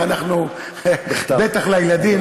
בטח לילדים,